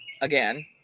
again